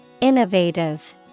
Innovative